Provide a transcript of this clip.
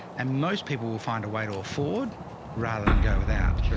and most people will find a way to afford rather than go without. sure.